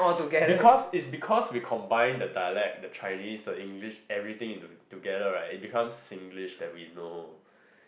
because it's because we combine the dialect the Chinese the English everything into together right it becomes the Singlish that we know